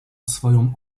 swoją